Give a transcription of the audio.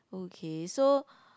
okay so